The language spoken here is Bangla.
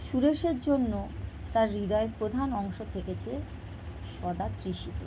সুরেশের জন্য তার হৃদয়ের প্রধান অংশ থেকেছে সদা তৃষিত